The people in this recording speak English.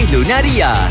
Lunaria